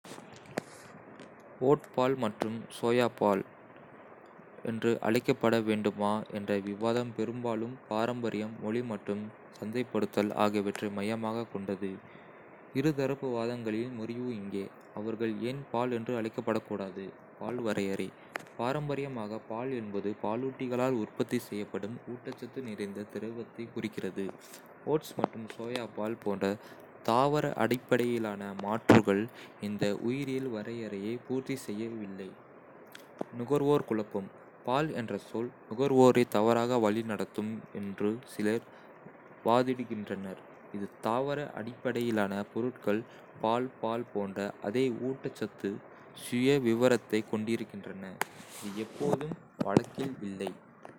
ஓட் பால் மற்றும் சோயா பால் பால் என்று அழைக்கப்பட வேண்டுமா என்ற விவாதம் பெரும்பாலும் பாரம்பரியம், மொழி மற்றும் சந்தைப்படுத்தல் ஆகியவற்றை மையமாகக் கொண்டது. இரு தரப்பு வாதங்களின் முறிவு இங்கே. அவர்கள் ஏன் பால்" என்று அழைக்கப்படக்கூடாது. பால் வரையறை. பாரம்பரியமாக, பால் என்பது பாலூட்டிகளால் உற்பத்தி செய்யப்படும் ஊட்டச்சத்து நிறைந்த திரவத்தைக் குறிக்கிறது. ஓட்ஸ் மற்றும் சோயா பால் போன்ற தாவர அடிப்படையிலான மாற்றுகள் இந்த உயிரியல் வரையறையை பூர்த்தி செய்யவில்லை. நுகர்வோர் குழப்பம். பால் என்ற சொல் நுகர்வோரை தவறாக வழிநடத்தும் என்று சிலர் வாதிடுகின்றனர், இது தாவர அடிப்படையிலான பொருட்கள் பால் பால் போன்ற அதே ஊட்டச்சத்து சுயவிவரத்தைக் கொண்டிருக்கின்றன, இது எப்போதும் வழக்கில் இல்லை.